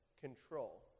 control